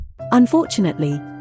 Unfortunately